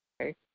Okay